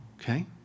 okay